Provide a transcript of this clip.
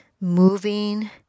moving